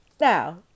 Now